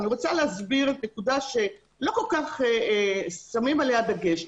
אני רוצה להסביר נקודה שלא כל כך שמים עליה דגש.